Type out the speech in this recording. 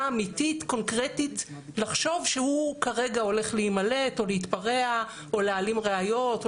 אמיתית קונקרטית לחשוב שהוא כרגע הולך להימלט או להתפרע או להעלים ראיות.